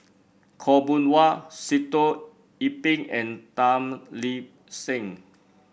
Khaw Boon Wan Sitoh Yih Pin and Tan Lip Seng